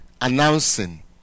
announcing